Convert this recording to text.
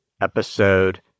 episode